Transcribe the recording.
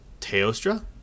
Teostra